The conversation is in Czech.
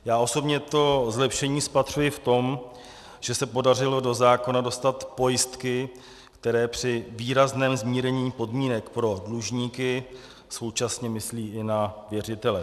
Já osobně zlepšení spatřuji v tom, že se podařilo do zákona dostat pojistky, které při výrazném zmírnění podmínek pro dlužníky současně myslí i na věřitele.